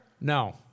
No